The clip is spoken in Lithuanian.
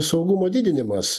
saugumo didinimas